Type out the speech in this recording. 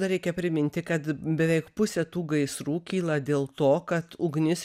na reikia priminti kad beveik pusė tų gaisrų kyla dėl to kad ugnis